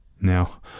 Now